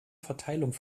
verteilung